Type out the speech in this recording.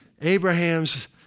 Abraham's